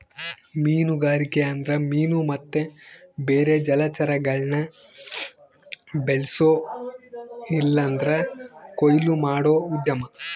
ಮೀನುಗಾರಿಕೆ ಅಂದ್ರ ಮೀನು ಮತ್ತೆ ಬೇರೆ ಜಲಚರಗುಳ್ನ ಬೆಳ್ಸೋ ಇಲ್ಲಂದ್ರ ಕೊಯ್ಲು ಮಾಡೋ ಉದ್ಯಮ